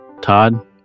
Todd